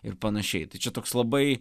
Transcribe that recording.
ir panašiai tai čia toks labai